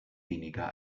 weniger